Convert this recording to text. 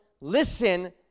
listen